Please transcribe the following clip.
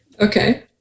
okay